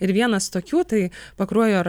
ir vienas tokių tai pakruojo